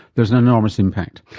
there's an enormous impact.